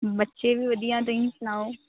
ਬੱਚੇ ਵੀ ਵਧੀਆ ਤੁਸੀਂ ਸੁਣਾਓ